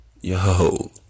yo